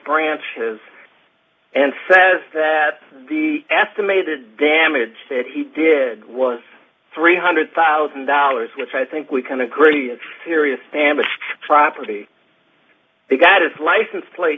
branches and says that the estimated damage that he did was three hundred thousand dollars which i think we can agree it's serious damage to property they got his license plate